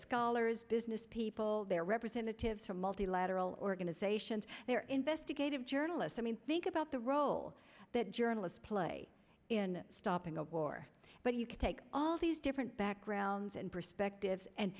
scholars business people their representatives from multilateral organizations their investigative journalists i mean think about the role that journalists play in stopping of war but you can take all these different backgrounds and perspectives and